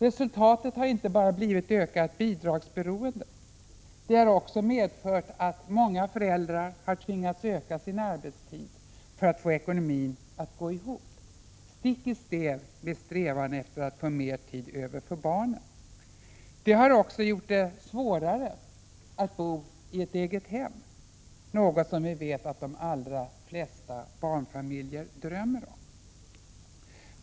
Resultatet har inte bara blivit ökat bidragsberoende utan även medfört att många föräldrar tvingats öka sin arbetstid för att få ekonomin att gå ihop — stick i stäv med strävan efter mer tid över för barnen. Det har också gjort det svårare att bo i ett eget hem, något som vi vet att de allra flesta barnfamiljer drömmer om.